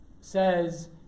says